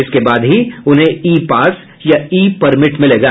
इसके बाद ही उन्हें ई पास या ई परमिट मिलेगा